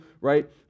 right